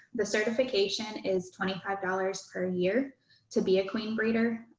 the certification is twenty five dollars per year to be a queen breeder.